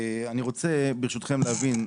אני רוצה ברשותכם להבין.